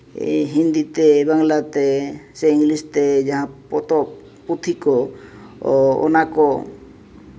ᱦᱤᱱᱫᱤ ᱛᱮ ᱵᱟᱝᱞᱟ ᱛᱮ ᱥᱮ ᱤᱝᱞᱤᱥ ᱛᱮ ᱯᱚᱛᱚᱵ ᱯᱩᱛᱷᱤ ᱠᱚ ᱚᱱᱟ ᱠᱚ